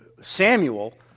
Samuel